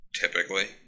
typically